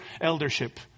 eldership